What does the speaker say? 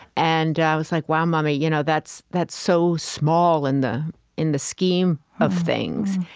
and i was like, wow, mummy. you know that's that's so small, in the in the scheme of things.